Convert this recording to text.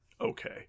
okay